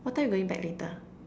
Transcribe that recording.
what time you going back later